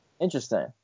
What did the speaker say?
Interesting